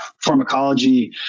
pharmacology